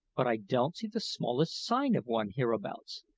but i don't see the smallest sign of one hereabouts.